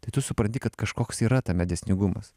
tai tu supranti kad kažkoks yra tame dėsningumas